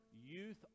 Youth